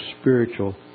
spiritual